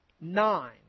Nine